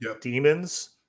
Demons